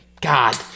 God